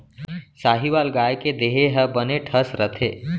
साहीवाल गाय के देहे ह बने ठस रथे